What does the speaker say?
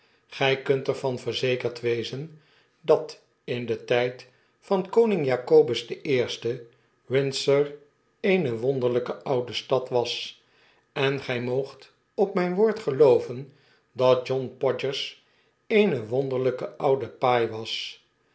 gy kunt er van verzekerd wezen dat in den tjd van koning jacobus i windsor eene wonderlijke oude stad was en gij moogt op mp woord gelooven dat john podgers eene wonder lpe oude paai was